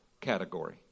category